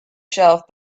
shelf